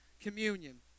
communion